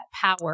power